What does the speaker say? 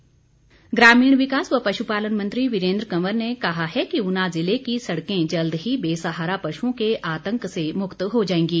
वीरेन्द्र कंवर ग्रामीण विकास व पशुपालन मंत्री वीरेन्द्र कंवर ने कहा है कि ऊना ज़िले की सड़कें जल्द ही बेसहारा पशुओं के आतंक से मुक्त हो जाएंगी